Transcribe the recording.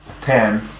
ten